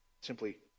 simply